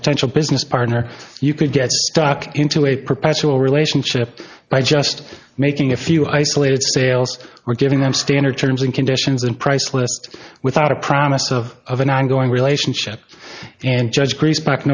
potential business partner you could get into a perpetual relationship by just making a few isolated sales or giving them standard terms and conditions and price list without a promise of an ongoing relationship and judge priest back